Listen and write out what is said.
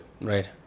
Right